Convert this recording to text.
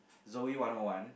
Zoey-one-O-one